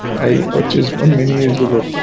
i purchased one many years ago.